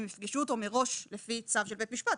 הם יפגשו אותו מראש לפי צו של בית משפט,